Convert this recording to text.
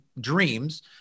dreams